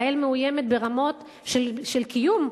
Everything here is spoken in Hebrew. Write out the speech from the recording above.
ישראל מאוימת ברמות של קיום,